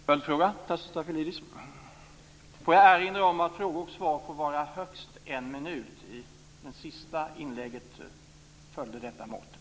Får jag erinra om att frågor och svar får vara högst en minut. Det senaste inlägget fyllde detta mått.